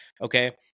Okay